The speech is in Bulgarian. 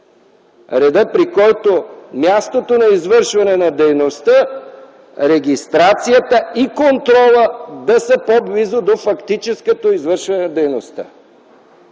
редът, при който е мястото на извършването на дейността. Регистрацията и контролът да са по-близо до фактическото извършване на дейността.